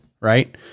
right